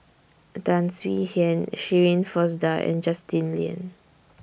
Tan Swie Hian Shirin Fozdar and Justin Lean